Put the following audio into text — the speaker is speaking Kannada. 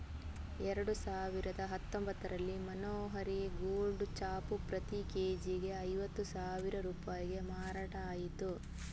ಎರಡು ಸಾವಿರದ ಹತ್ತೊಂಭತ್ತರಲ್ಲಿ ಮನೋಹರಿ ಗೋಲ್ಡ್ ಚಾವು ಪ್ರತಿ ಕೆ.ಜಿಗೆ ಐವತ್ತು ಸಾವಿರ ರೂಪಾಯಿಗೆ ಮಾರಾಟ ಆಯ್ತು